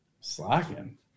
Slacking